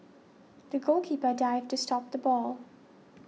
the goalkeeper dived to stop the ball